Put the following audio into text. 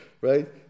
right